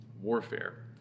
warfare